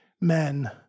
men